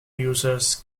users